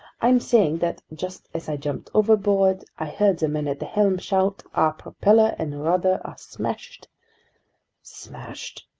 i'm saying that just as i jumped overboard, i heard the men at the helm shout, our propeller and rudder are smashed smashed?